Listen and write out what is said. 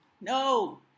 no